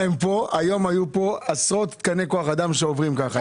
היום היו פה עשרת תקני כוח אדם שעוברים ככה.